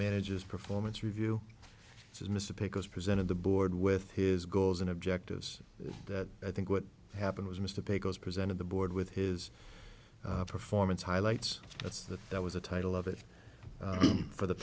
managers performance review says mr pic was presented the board with his goals and objectives that i think what happened was mr baker was presented the board with his performance highlights that's the that was a title of it for the